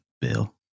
bill